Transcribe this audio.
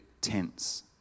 tense